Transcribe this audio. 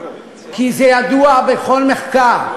כי זה ידוע בכל מחקר: